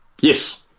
yes